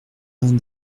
vingt